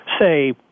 say